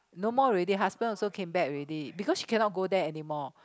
no more already husband also came back already because she cannot go there anymore